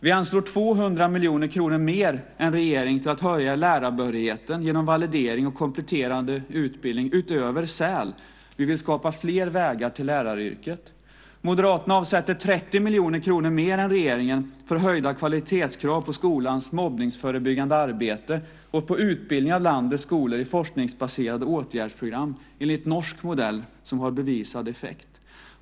Vi anslår 200 miljoner kronor mer än regeringen till att höja lärarbehörigheten genom validering och kompletterande utbildning utöver Säl. Vi vill skapa fler vägar till läraryrket. Moderaterna avsätter 30 miljoner kronor mer än regeringen för höjda kvalitetskrav på skolans mobbningsförebyggande arbete och på utbildning i landets skolor i forskningsbaserade åtgärdsprogram enligt norsk modell som har bevisad effekt.